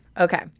Okay